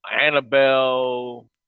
Annabelle